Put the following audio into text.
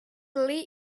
lee